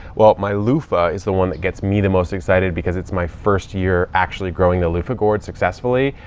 well, my luffa is the one that gets me the most excited because it's my first year actually growing the luffa gourd successfully.